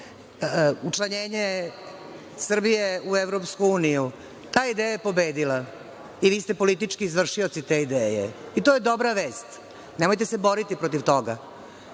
učlanjenje Srbije u EU, ta ideja je pobedila i vi ste politički izvršioci te ideje, i to je dobra vest. Nemojte se boriti protiv toga,